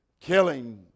killing